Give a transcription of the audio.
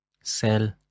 Sell